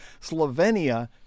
Slovenia